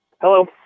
Hello